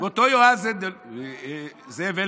זאב אלקין.